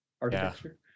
architecture